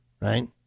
Right